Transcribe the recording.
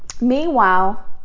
Meanwhile